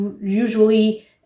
usually